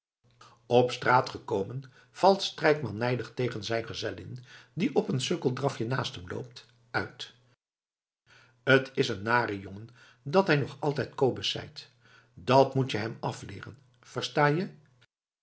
op straat gekomen valt strijkman nijdig tegen zijn gezellin die op een sukkeldrafje naast hem loopt uit t is een nare jongen dat hij nog altijd kobus zeit dat moet je hem afleeren versta je